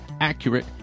accurate